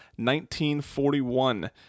1941